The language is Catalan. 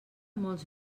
molts